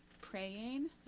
praying